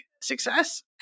success